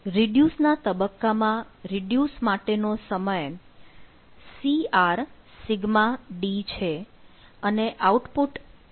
રિડ્યુસના તબક્કામાં રિડ્યુસ માટે નો સમય crσD અને આઉટ પુટ σμD